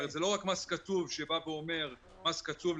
זה לא רק שיש מס קצוב,